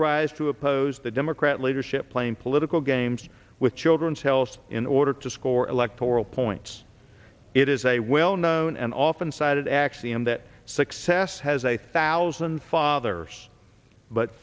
rise to oppose the democrat leadership playing political games with children's health in order to score electoral points it is a well known and often cited axiom that success has a thousand fathers but